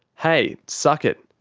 hey, suck it.